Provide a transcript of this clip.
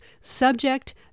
subject